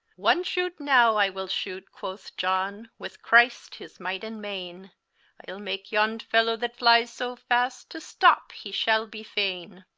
one shoote now i will shoote, quoth john, with christ his might and mayne ile make yond fellow that flyes soe fast, to stopp he shall be fayne.